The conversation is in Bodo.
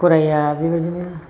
गराया बिबायदिनो